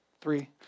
three